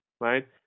right